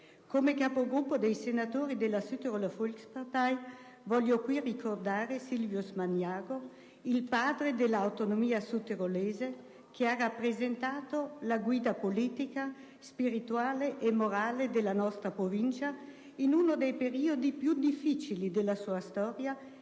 Come Capogruppo dei senatori della Südtiroler Volkspartei voglio qui ricordare Silvius Magnago - il padre dell'autonomia sudtirolese - che ha rappresentato la guida politica, spirituale e morale della nostra Provincia in uno dei periodi più difficili della sua storia,